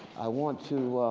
i want to.